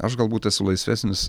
aš galbūt esu laisvesnis